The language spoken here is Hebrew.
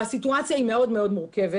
הסיטואציה היא מאוד מאוד מורכבת.